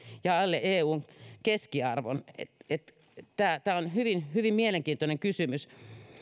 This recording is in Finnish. ja alle eu keskiarvon tämä tämä on hyvin hyvin mielenkiintoinen kysymys